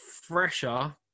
fresher